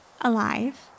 Alive